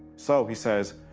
so, he says,